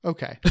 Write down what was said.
Okay